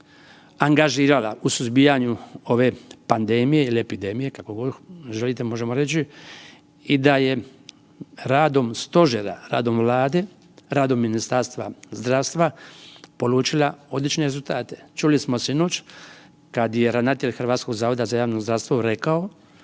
angažirala u suzbijanju ove pandemije ili epidemije kako god želite možemo reći i da je radom Stožera, radom Vlade, radom Ministarstvom zdravstva polučila odlične rezultate. Čuli smo sinoć kada je ravnatelj HZJZ rekao da se u ovom trenutku